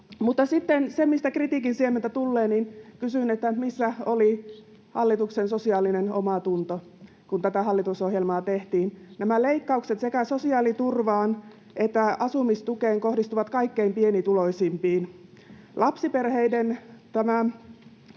sitten se, mistä kritiikin siementä tulee, on tämä: Kysyn, missä oli hallituksen sosiaalinen omatunto, kun tätä hallitusohjelmaa tehtiin. Nämä leikkaukset sekä sosiaaliturvaan että asumistukeen kohdistuvat kaikkein pienituloisimpiin. Lapsiperheiden